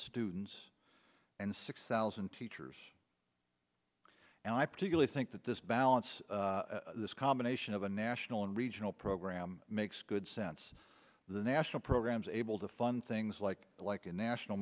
students and six thousand teachers and i particularly think that this balance this combination of a national and regional program makes good sense the national programs able to fund things like a like a national